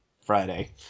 Friday